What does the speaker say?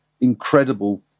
incredible